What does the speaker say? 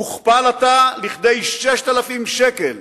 הוכפל עתה לכדי 6,000 שקל,